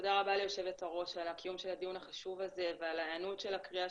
תודה רבה ליו"ר על קיום הדיון החשוב הזה ועל ההיענות לקריאת